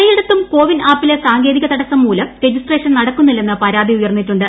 പലയിടത്തും കോവിൻ ആപ്പിലെ സാങ്കേതിക തടസുംമൂലം രജിസ്ട്രേഷൻ നടക്കുന്നില്ലെന്ന് പരാതി ഉയർന്നിട്ടുണ്ട്